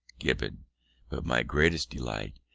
gibbon but my greatest delight,